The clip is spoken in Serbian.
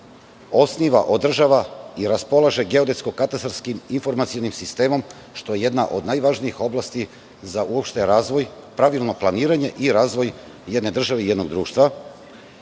osniva, održava i raspolaže geodetsko-katastarskim informacionim sistemom, što je jedna od najvažnijih oblasti uopšte za razvoj, pravilno planiranje i razvoj jedne države i jednog